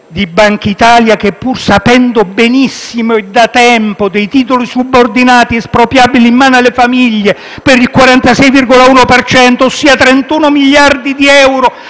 di Bankitalia, che, pur sapendo benissimo e da tempo dei titoli subordinati espropriabili in mano alle famiglie per il 46,1 per cento (ossia 31 miliardi di euro